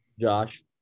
Josh